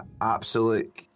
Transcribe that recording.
Absolute